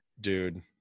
dude